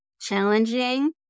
challenging